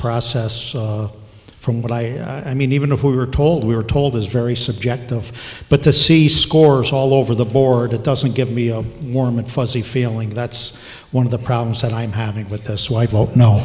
process from what i mean even if we were told we were told is very subjective but the c scores all over the board it doesn't give me a warm and fuzzy feeling that's one of the problems that i'm having with